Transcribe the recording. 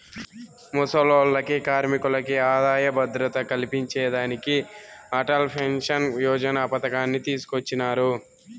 ముసలోల్లకి, కార్మికులకి ఆదాయ భద్రత కల్పించేదానికి అటల్ పెన్సన్ యోజన పతకాన్ని తీసుకొచ్చినారు